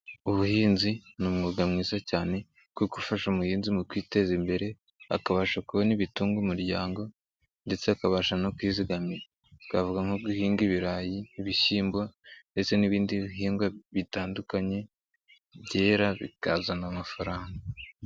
Ubuhinzi ni umwuga mwiza cyane wo gufasha umuhinzi mu kwiteza imbere akabasha kubona ibitunga umuryango ndetse akabasha no kwizigamira twavuga nko guhinga ibirayi, ibishyimbo ndetse n'ibindi bihingwa bitandukanye byera bikazana amafaranga.